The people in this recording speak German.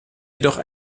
jedoch